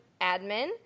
admin